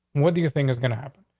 what do you think is gonna happen?